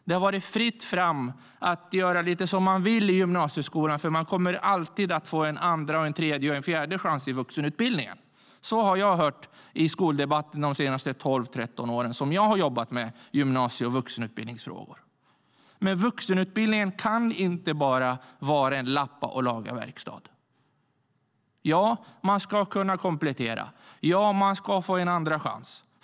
Det har varit fritt fram ett göra lite som man vill i gymnasieskolan, för man kommer alltid att få en andra, en tredje och en fjärde chans i vuxenutbildningen. Det har jag hört i skoldebatterna under de 12 eller 13 år jag har jobbat med gymnasie och vuxenutbildningsfrågor. Men vuxenutbildningen kan inte bara vara en lappa-och-laga-verkstad. Ja, man ska kunna komplettera. Ja, man ska få en andra chans.